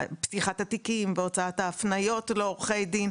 בפתיחת התיקים, הוצאת ההפניות לעורכי דין.